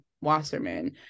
Wasserman